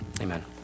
Amen